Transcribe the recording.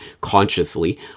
consciously